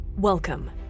Welcome